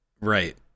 right